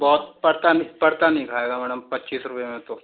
बहुत पड़ता पड़ता नहीं खाएगा मैडम पच्चीस रुपए में तो